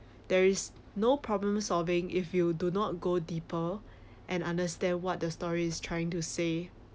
there is no problem solving if you do not go deeper and understand what the story is trying to say